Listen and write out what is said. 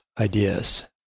ideas